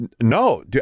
No